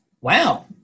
wow